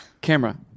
Camera